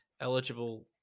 eligible